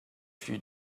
few